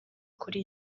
kuri